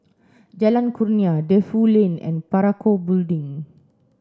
Jalan Kurnia Defu Lane and Parakou Building